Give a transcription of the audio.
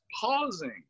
pausing